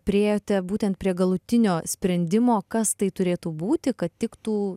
priėjote būtent prie galutinio sprendimo kas tai turėtų būti kad tiktų